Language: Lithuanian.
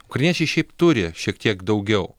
kurie čia šiaip turi šiek tiek daugiau